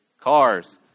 Cars